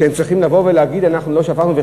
שהם צריכים לבוא ולהגיד: אנחנו לא שפכנו?